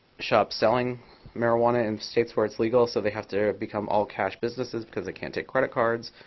shops selling marijuana in states where it's legal. so they have to become all cash businesses, because they can't take credit cards,